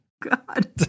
God